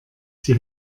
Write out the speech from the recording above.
sie